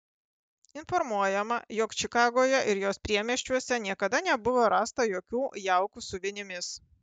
informuojama jog čikagoje ir jos priemiesčiuose niekada nebuvo rasta jokių jaukų su vinimis